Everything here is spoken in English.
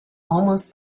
almost